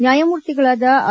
ನ್ನಾಯಮೂರ್ತಿಗಳಾದ R